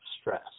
stress